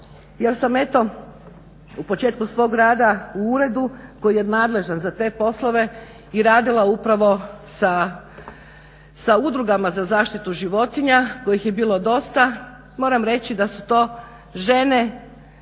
jer sam u početku svog rada u uredu koji je nadležan za te poslove i radila upravo sa Udrugama za zaštitu životinja kojih je bilo dosta, moram reći da su to žene